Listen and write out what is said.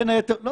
זה לא הכי טוב.